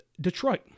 Detroit